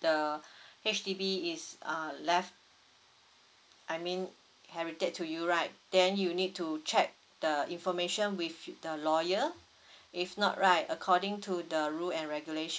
the H_D_B is uh left I mean to you right then you need to check the information with the lawyer if not right according to the rule and regulation